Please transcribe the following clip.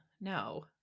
no